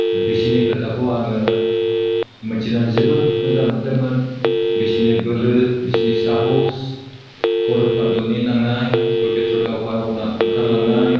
बिसिनि खोथाखौ आङो मिथिनानै जोबोद मोजां मोनदोंमोन बिसिनि बोलो बिसिनि साहस कौरब पान्डबनि नांनाय कुरुश्रेत्र दावहायाव ओंखारलांनाय